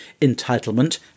entitlement